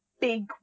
big